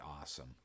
awesome